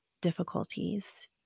difficulties